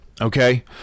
Okay